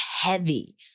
heavy